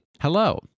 Hello